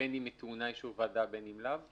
בין אם היא טעונה אישור ועדה ובין אם לאו?